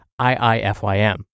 IIFYM